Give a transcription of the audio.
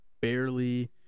barely